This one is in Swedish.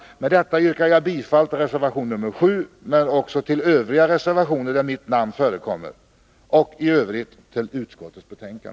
Med detta yrkar jag bifall till reservation nr 7 och övriga reservationer där mitt namn förekommer samt i övrigt till utskottets hemställan.